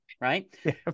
right